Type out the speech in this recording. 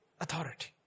authority